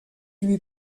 lui